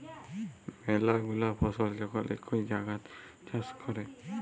ম্যালা গুলা ফসল যখল ইকই জাগাত চাষ ক্যরে